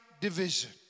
division